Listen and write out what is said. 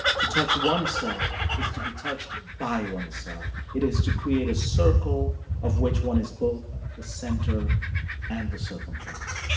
to touch oneself is to be touched by oneself. it is to create a circle of which one is both the center and the circumference.